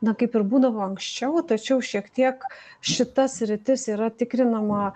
na kaip ir būdavo anksčiau tačiau šiek tiek šita sritis yra tikrinama